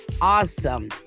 awesome